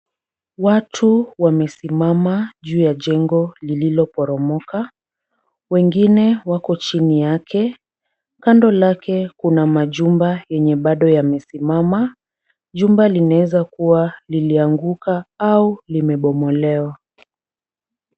Watu wamesimama juu ya jengo lililoporomoka, wengine wako chini yake. Kando lake kuna majumba yenye bado yamesimama, jumba linaweza kuwa lilianguka au limebomolewa.